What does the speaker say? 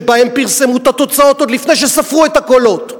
שבהן פרסמו את התוצאות עוד לפני שספרו את הקולות.